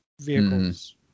vehicles